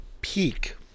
peak